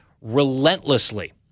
relentlessly